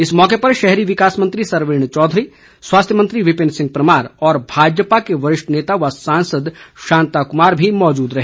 इस अवसर पर शहरी विकास मंत्री सरवीण चौधरी स्वास्थ्य मंत्री विपिन सिंह परमार और भाजपा के वरिष्ठ नेता व सांसद शांता कुमार भी मौजूद रहे